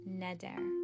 Neder